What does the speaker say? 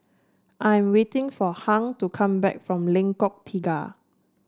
I'm waiting for Hung to come back from Lengkok Tiga